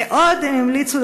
ועוד הם המליצו,